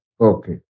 Okay